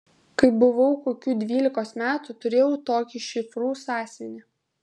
kai buvau kokių dvylikos metų turėjau tokį šifrų sąsiuvinį